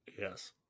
yes